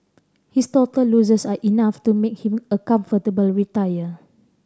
his total losses are enough to make him a comfortable retiree